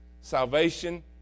Salvation